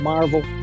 Marvel